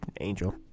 Angel